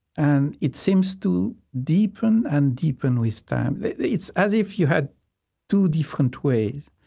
and it seems to deepen and deepen with time. it's as if you had two different ways.